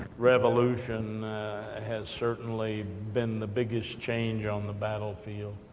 revolution has certainly been the biggest change on the battlefield.